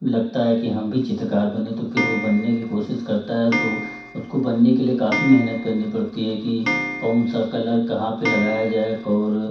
लगता है कि हम भी चित्रकार बनें तो फिर वो बनने की कोशिश करता है तो उसको बनने के लिए काफ़ी मेहनत करनी पड़ती है कि कौन सा कलर कहाँ पे लगाया जाए और